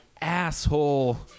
asshole